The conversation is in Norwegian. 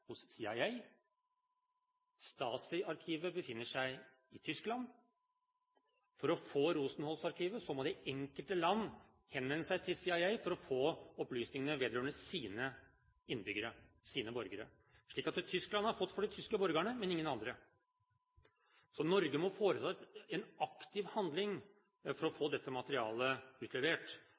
Rosenholz-arkivet befinner seg hos CIA. Stasi-arkivet befinner seg i Tyskland. For å få Rosenholz-arkivet må de enkelte land henvende seg til CIA for å få opplysninger vedrørende sine innbyggere, sine borgere. Tyskland har fått for de tyske borgerne, men ingen andre. Norge må foreta en aktiv handling for å få dette materialet utlevert.